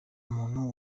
muntu